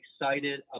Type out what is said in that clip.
excited